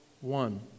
One